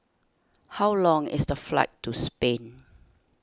how long is the flight to Spain